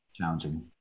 Challenging